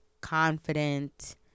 confident